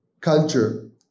culture